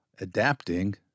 adapting